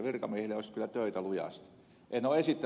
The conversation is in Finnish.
virkamiehille olisi kyllä töitä lujasti